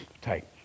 Tight